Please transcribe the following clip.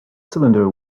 cylinder